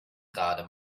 gerade